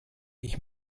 ich